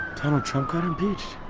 donald trump got impeached